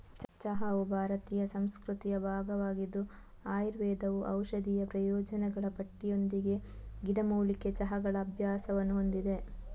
ಚಹಾವು ಭಾರತೀಯ ಸಂಸ್ಕೃತಿಯ ಭಾಗವಾಗಿದ್ದು ಆಯುರ್ವೇದವು ಔಷಧೀಯ ಪ್ರಯೋಜನಗಳ ಪಟ್ಟಿಯೊಂದಿಗೆ ಗಿಡಮೂಲಿಕೆ ಚಹಾಗಳ ಅಭ್ಯಾಸವನ್ನು ಹೊಂದಿದೆ